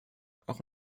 auch